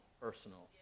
personal